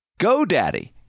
GoDaddy